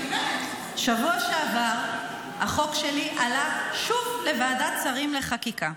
בשבוע שעבר החוק שלי עלה שוב לוועדת שרים לחקיקה.